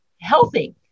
healthy